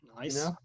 Nice